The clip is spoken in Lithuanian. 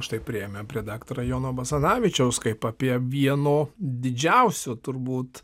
štai priėjome prie daktaro jono basanavičiaus kaip apie vieno didžiausių turbūt